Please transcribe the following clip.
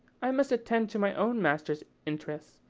i must attend to my own master's interests,